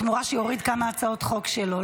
בתמורה, שיוריד כמה הצעות חוק שלו.